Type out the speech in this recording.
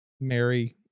Mary